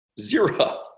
zero